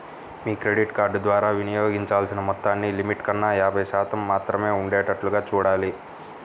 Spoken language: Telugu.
మీ క్రెడిట్ కార్డు ద్వారా వినియోగించాల్సిన మొత్తాన్ని లిమిట్ కన్నా యాభై శాతం మాత్రమే ఉండేటట్లుగా చూడాలి